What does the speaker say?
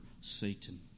Satan